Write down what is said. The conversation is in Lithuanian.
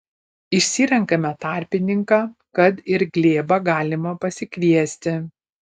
išsirenkame tarpininką kad ir glėbą galime pasikviesti